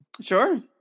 Sure